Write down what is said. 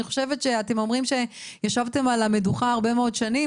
אני חושבת שאתם אומרים שישבתם על המדוכה הרבה מאוד שנים.